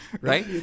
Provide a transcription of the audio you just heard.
Right